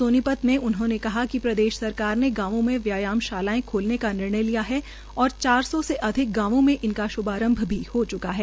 सोनीपत में उन्होंने कहा कि प्रदेश सरकार ने गांवों में व्यायामशालाएं खोलने का निर्णय लिया है और चार सौ अधिक गांवों में इनका श्भारंभ भी हो च्का है